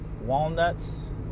Walnuts